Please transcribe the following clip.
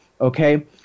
Okay